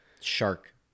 shark